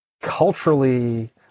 culturally